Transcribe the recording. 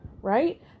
right